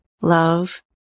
love